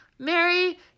Mary